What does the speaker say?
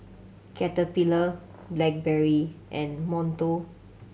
Caterpillar Blackberry and Monto